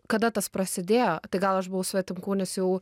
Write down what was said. kada tas prasidėjo tai gal aš buvau svetimkūnis jau